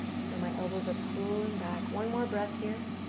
so my elbows are pooling back. one more breath here.